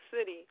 City